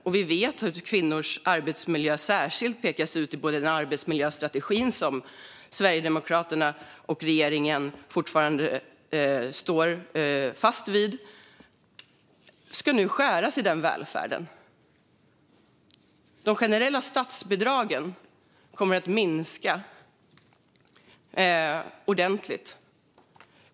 Ändå pekas kvinnors arbetsmiljö särskilt ut i både arbetsmiljöstrategin som både regeringen och Sverigedemokraterna fortfarande står fast vid. De generella statsbidragen kommer att minska ordentligt.